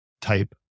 type